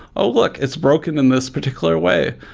oh, look! it's broken in this particular way.